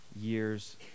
years